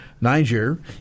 Niger